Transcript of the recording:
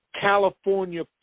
California